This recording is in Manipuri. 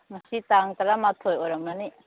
ꯉꯁꯤ ꯇꯥꯡ ꯇꯔꯥꯃꯥꯊꯣꯏ ꯑꯣꯏꯔꯝꯒꯅꯤ